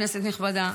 כנסת נכבדה,